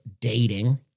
dating